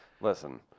Listen